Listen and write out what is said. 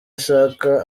ashaka